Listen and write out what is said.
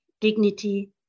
Dignity